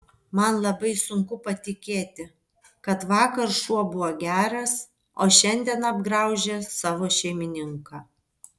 man labai sunku patikėti kad vakar šuo buvo geras o šiandien apgraužė savo šeimininką